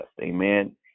Amen